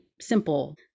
simple